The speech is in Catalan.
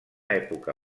època